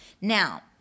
Now